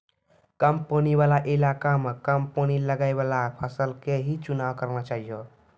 कम पानी वाला इलाका मॅ कम पानी लगैवाला फसल के हीं चुनाव करना चाहियो